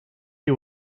you